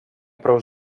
prou